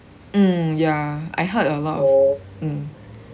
mm ya I heard a lot of mm